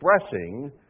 expressing